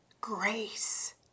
grace